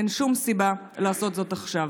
אין שום סיבה לעשות זאת עכשיו.